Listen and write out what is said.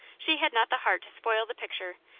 she had not the heart to spoil the picture,